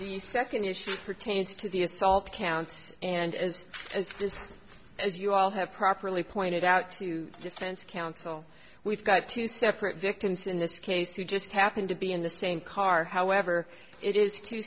the second issue pertains to the assault counts and as as this as you all have properly pointed out to defense counsel we've got two separate victims in this case who just happened to be in the same car however it is t